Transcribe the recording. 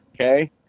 Okay